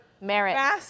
merit